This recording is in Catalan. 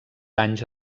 anys